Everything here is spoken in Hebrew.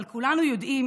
אבל כולנו יודעים